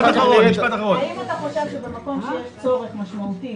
היום מצוין כאן יום התפוצות,